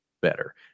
better